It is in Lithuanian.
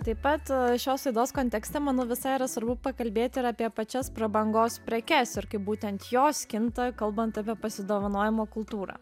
taip pat šios aidos kontekste manau visai yra svarbu pakalbėti ir apie pačias prabangos prekes ir kaip būtent jos kinta kalbant apie pasidovanojimo kultūrą